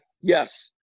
Yes